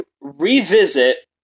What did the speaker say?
revisit